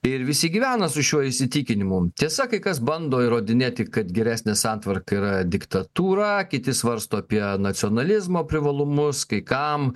ir visi gyvena su šiuo įsitikinimu tiesa kai kas bando įrodinėti kad geresnė santvarka yra diktatūra kiti svarsto apie nacionalizmo privalumus kai kam